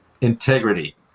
integrity